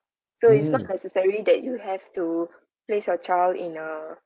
so it's not necessary that you have to place your child in a